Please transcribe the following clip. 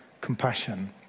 compassion